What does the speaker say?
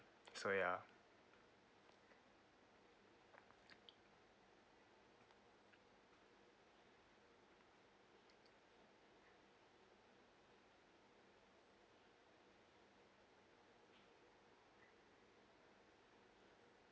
so ya